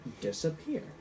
disappear